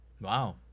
Wow